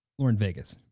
were in vegas.